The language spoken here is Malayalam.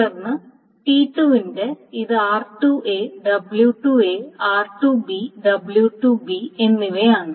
തുടർന്ന് T2 ന്റെ ഇത് r2 w2 r2 w2 എന്നിവയാണ്